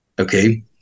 Okay